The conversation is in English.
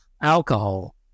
alcohol